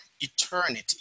eternity